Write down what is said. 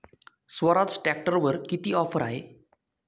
स्वराज ट्रॅक्टरवर किती ऑफर आहे?